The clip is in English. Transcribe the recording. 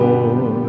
Lord